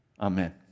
Amen